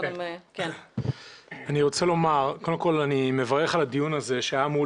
קודם כל אני מברך על הדיון הזה שהיה אמור